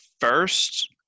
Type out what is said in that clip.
first